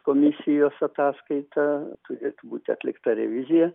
komisijos ataskaita turėtų būti atlikta revizija